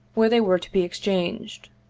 where they were to be exchanged.